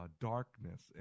darkness